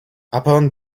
upon